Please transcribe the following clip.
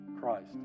Christ